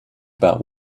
about